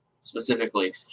specifically